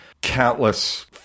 countless